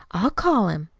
i'll call him.